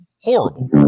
Horrible